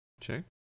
Sure